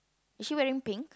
is she wearing pink